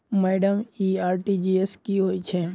Madam इ RTGS की होइ छैय?